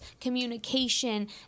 communication